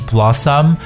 Blossom